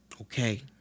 Okay